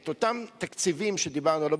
אותם תקציבים שדיברנו עליהם,